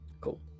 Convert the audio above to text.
Cool